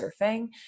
surfing